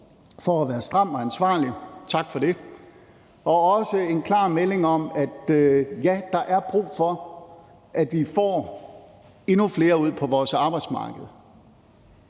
for at være stramt og ansvarligt, vil jeg sige tak for det, og også komme med en klar melding om, at ja, der er brug for, at vi får endnu flere ud på vores arbejdsmarked,